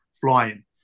flying